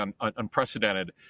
unprecedented